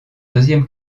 deuxième